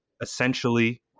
essentially